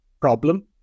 problem